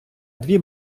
дві